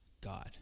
God